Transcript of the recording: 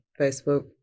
facebook